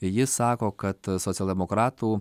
ji sako kad socialdemokratų